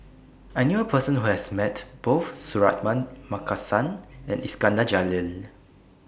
I knew A Person Who has Met Both Suratman Markasan and Iskandar Jalil